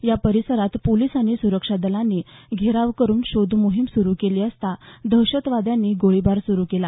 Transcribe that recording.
या परिसरात पोलीस आणि सुरक्षादलांनी घेराव करून शोधमोहीम सुरू केली असता दहशतवाद्यांनी गोळीबार सुरू केला